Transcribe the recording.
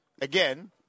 again –